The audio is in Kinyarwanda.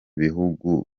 bihugu